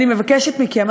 אני מבקשת מכם,